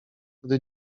gdy